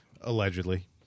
Allegedly